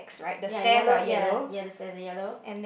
ya yellow ya ya the stairs are yellow